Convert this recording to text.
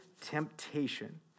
temptation